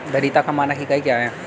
धारिता का मानक इकाई क्या है?